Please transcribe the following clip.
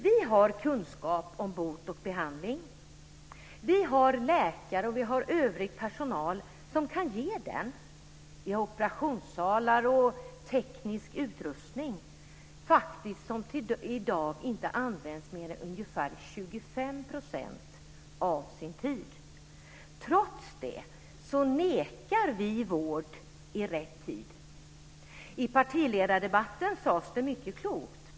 Vi har kunskap om bot och behandling. Vi har läkare och vi har övrig personal som kan ge det. Vi har operationssalar och teknisk utrustning som i dag inte används till mer än 25 % av tiden. Trots det nekar vi vård i rätt tid. I partiledardebatten sades det mycket klokt.